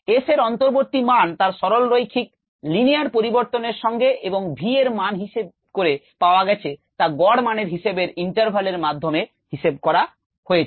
s এর অন্তর্বতী মান তার সরলরৈখিক পরিবর্তনের সঙ্গে এবং v এর মান হিসেব করে পাওয়া গেছে তা গড় মানের হিসেবে interval এর মাধ্যমে হিসেব করা হয়েছে